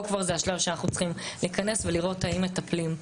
פה זה כבר השלב שאנחנו צריכים להיכנס ולראות האם מטפלים.